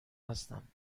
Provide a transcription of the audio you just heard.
هستم